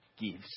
gives